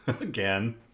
again